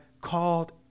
called